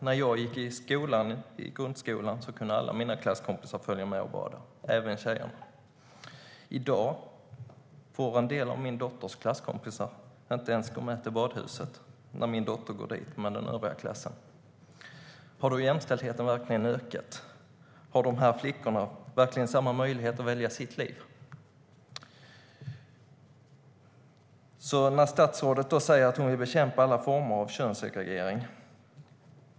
När jag gick i grundskolan kunde alla mina klasskompisar följa med och bada, även tjejerna. I dag får en del av min dotters klasskompisar inte ens gå med till badhuset när min dotter går dit med den övriga klassen. Har då jämställdheten verkligen ökat? Har de här flickorna verkligen samma möjlighet att välja sitt liv? Statsrådet säger att hon vill bekämpa alla former av könssegregering.